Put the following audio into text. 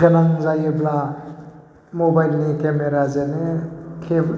गोनां जायोब्ला मबाइलनि केमेराजोंनो खेबो